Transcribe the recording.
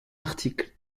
article